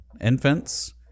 infants